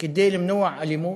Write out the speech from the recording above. כדי למנוע אלימות,